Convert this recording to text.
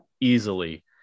easily